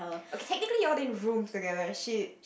okay technically you all didn't rooms together she